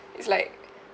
it's like